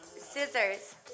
Scissors